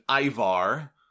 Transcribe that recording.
Ivar